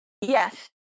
Yes